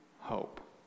hope